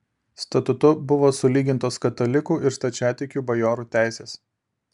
statutu buvo sulygintos katalikų ir stačiatikių bajorų teisės